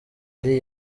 lee